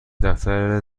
دفتر